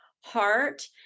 heart